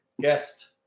guest